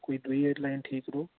जां कोई दुई एयरलाइन ठीक रौह्ग